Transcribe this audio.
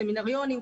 סמינריונים,